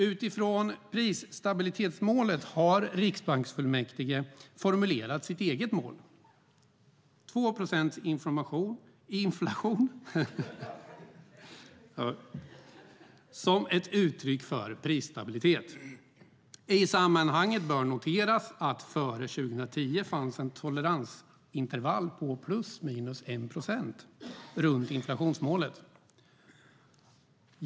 Utifrån prisstabilitetsmålet har riksbanksfullmäktige formulerat sitt eget mål: 2 procents inflation som ett uttryck för prisstabilitet. I sammanhanget bör noteras att före 2010 fanns ett toleransintervall på plus minus 1 procent runt inflationsmålet.